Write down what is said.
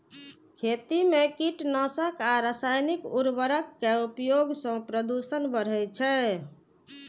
खेती मे कीटनाशक आ रासायनिक उर्वरक के उपयोग सं प्रदूषण बढ़ै छै